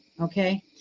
okay